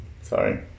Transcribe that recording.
Sorry